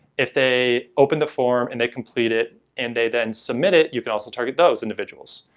if they open the form and they complete it and they then submit it you can also target those individuals.